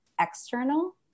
external